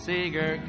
Seeger